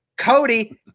Cody